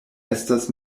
estas